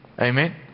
Amen